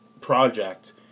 project